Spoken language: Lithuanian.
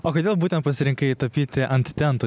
o kodėl būtent pasirinkai tapyti ant tentų